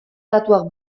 datuak